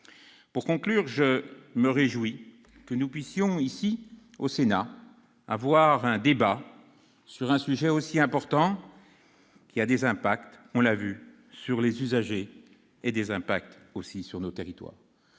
Pour conclure, je veux me réjouir que nous puissions, ici, au Sénat, avoir un débat sur un sujet aussi important, qui a des impacts, on l'a vu, sur les usagers, comme sur les territoires.